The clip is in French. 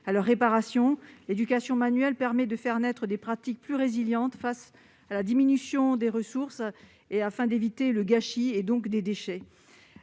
à la réparation, l'éducation manuelle permet de faire naître des pratiques plus résilientes face à la diminution des ressources, afin d'éviter le gâchis et donc la